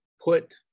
put